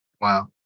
Wow